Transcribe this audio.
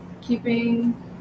keeping